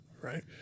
right